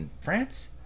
France